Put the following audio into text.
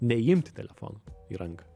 neimti telefono į ranką